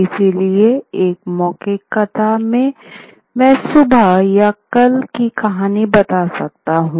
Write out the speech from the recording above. इसलिए एक मौखिक कथा में मैं सुबह या कल की कहानी बता सकता हूँ